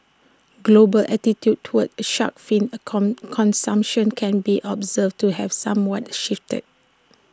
global attitudes towards shark fin consumption can be observed to have somewhat shifted